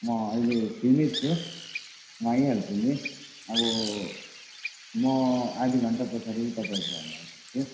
म अहिले फ्री नै छु म आइहाल्छु नि अब म आधी घन्टापछाडि तपाईँहरूको घरमा आइपुग्छु